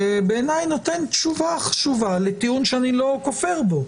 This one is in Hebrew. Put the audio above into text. בעיניי נותן תשובה חשובה לטיעון שאני לא כופר בו,